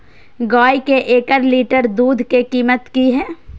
गाय के एक लीटर दूध के कीमत की हय?